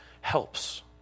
helps